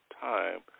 time